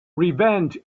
revenge